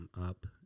up